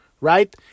right